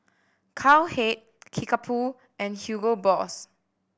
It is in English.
Cowhead Kickapoo and Hugo Boss